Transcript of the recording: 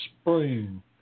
spring